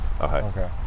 Okay